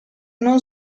non